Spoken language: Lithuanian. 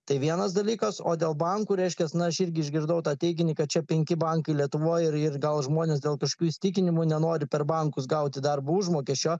tai vienas dalykas o dėl bankų reiškias na aš irgi išgirdau tą teiginį kad čia penki bankai lietuvoj ir ir gal žmonės dėl kažkokių įsitikinimų nenori per bankus gauti darbo užmokesčio